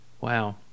Wow